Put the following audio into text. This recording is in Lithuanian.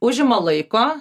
užima laiko